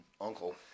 uncle